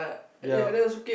ya